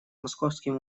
московским